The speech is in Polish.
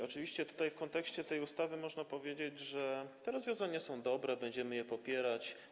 Oczywiście w kontekście tej ustawy można powiedzieć, że te rozwiązania są dobre, będziemy je popierać.